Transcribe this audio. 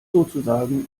sozusagen